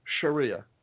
Sharia